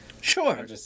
Sure